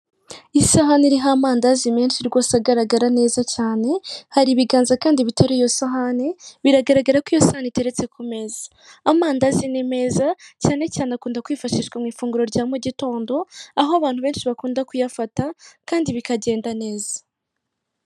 Isahani iriho amandazi menshi rwose agaragara neza cyane hari ibiganza kandi biteruye iyo sahane biragaragara ko iyo sahani iteretse ku meza; amandazi ni meza cyane cyane akunda kwifashishwa mu ifunguro rya mu gitondo aho abantu benshi bakunda kuyafata kandi bikagenda neza.